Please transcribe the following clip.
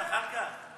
זחאלקה,